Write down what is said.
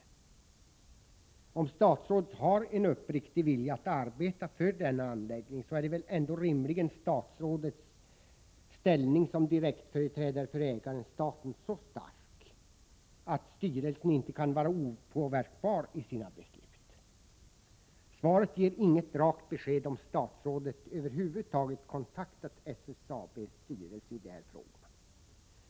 Fredagen den Om statsrådet har en uppriktig vilja att arbeta för denna anläggning, så är — 12 april 1985 väl rimligen statsrådets ställning som direktföreträdare för ägaren-staten så stark att styrelsen inte kan vara opåverkbar i sina beslut. Svaret ger inget rakt Om Division Profibesked om statsrådet över huvud taget kontaktat SSAB:s styrelse i de här — jer vid SSAB frågorna.